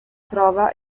trova